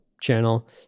channel